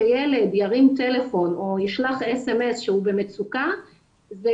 כשילד ירים טלפון או ישלח אס.אמ.אס שהוא במצוקה זו